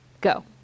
Go